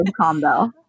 combo